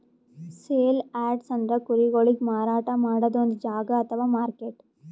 sale yards ಅಂದ್ರ ಕುರಿಗೊಳಿಗ್ ಮಾರಾಟ್ ಮಾಡದ್ದ್ ಒಂದ್ ಜಾಗಾ ಅಥವಾ ಮಾರ್ಕೆಟ್